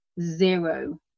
zero